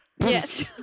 Yes